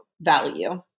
value